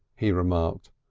he remarked.